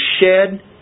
shed